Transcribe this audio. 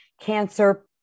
cancer